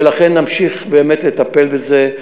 ולכן נמשיך באמת לטפל בזה,